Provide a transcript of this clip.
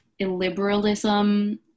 illiberalism